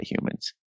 humans